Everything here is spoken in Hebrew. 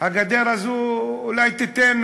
הגדר הזו אולי תיתן,